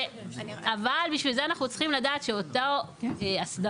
אבל בשביל זה אנחנו צריכים לדעת שאותה האסדרה